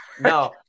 no